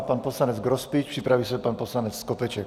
Pan poslanec Grospič, připraví se pan poslanec Skopeček.